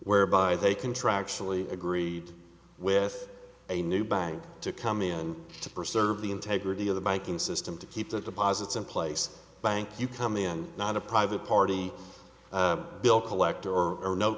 whereby they contractually agreed with a new bank to come in to preserve the integrity of the banking system to keep the deposits in place bank you come in not a private party bill collector or